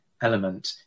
element